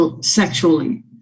sexually